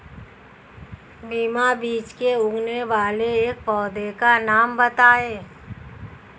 बिना बीज के उगने वाले एक पौधे का नाम बताइए